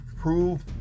prove